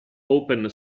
open